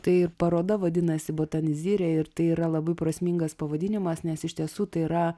tai ir paroda vadinasi botanizirė ir tai yra labai prasmingas pavadinimas nes iš tiesų tai yra